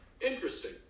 Interesting